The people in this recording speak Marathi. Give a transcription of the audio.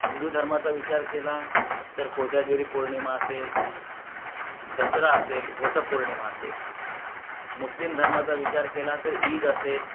हिंदू धर्माचा विचार केला तर कोजागिरी पौर्णिमा असेल दसरा असेल वटपौर्णिमा असेल मुस्लिम धर्माचा विचार केला तर ईद असेल